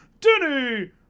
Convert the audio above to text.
denny